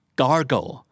gargle